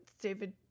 David